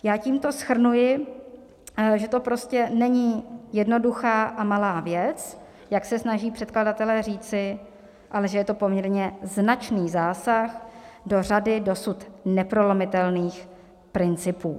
Já tímto shrnuji, že to prostě není jednoduchá a malá věc, jak se snaží předkladatelé říci, ale že je to poměrně značný zásah do řady dosud neprolomitelných principů.